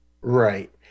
Right